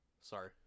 sorry